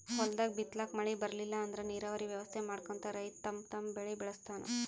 ಹೊಲ್ದಾಗ್ ಬಿತ್ತಲಾಕ್ ಮಳಿ ಬರ್ಲಿಲ್ಲ ಅಂದ್ರ ನೀರಾವರಿ ವ್ಯವಸ್ಥೆ ಮಾಡ್ಕೊಂಡ್ ರೈತ ತಮ್ ಬೆಳಿ ಬೆಳಸ್ತಾನ್